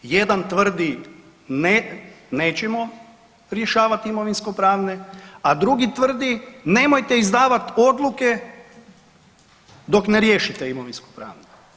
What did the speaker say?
Jedan tvrdi, ne, nećemo rješavati imovinsko-pravne, a drugi tvrdi nemojte izdavati odluke dok ne riješite imovinsko-pravne.